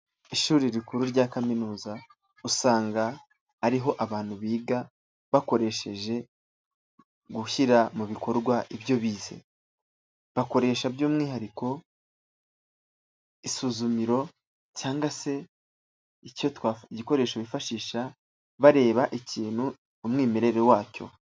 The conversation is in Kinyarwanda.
Ishuri rikuru rya kaminuza, usanga ariho abantu biga, bakoresheje, gushyira mu bikorwa ibyo bize. Bakoresha by'umwihariko, isuzumiro cyangwa se icyo igikoresho bifashisha, bareba ikintu, umwimerere wacyo.